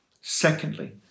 Secondly